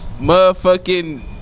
Motherfucking